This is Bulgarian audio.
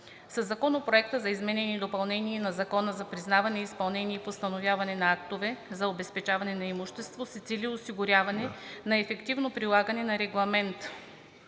Със Законопроекта за изменение и допълнение на Закона за признаване, изпълнение и постановяване на актове за обезпечаване на имущество се цели осигуряване на ефективното прилагане на Регламент